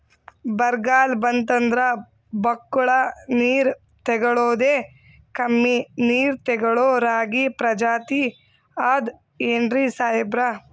ಬರ್ಗಾಲ್ ಬಂತಂದ್ರ ಬಕ್ಕುಳ ನೀರ್ ತೆಗಳೋದೆ, ಕಮ್ಮಿ ನೀರ್ ತೆಗಳೋ ರಾಗಿ ಪ್ರಜಾತಿ ಆದ್ ಏನ್ರಿ ಸಾಹೇಬ್ರ?